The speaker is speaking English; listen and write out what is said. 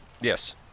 Yes